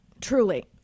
Truly